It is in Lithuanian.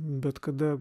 bet kada